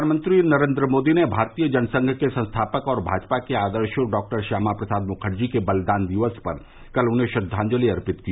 प्रधानमंत्री नरेंद्र मोदी ने भारतीय जनसंघ के संस्थापक और भाजपा के आदर्श डॉ श्यामा प्रसाद मुखर्जी के बलिदान दिवस पर कल उन्हे श्रद्वांजलि अर्पित की